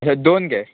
अशें दोन घे